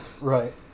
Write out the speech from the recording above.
Right